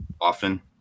often